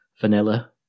Vanilla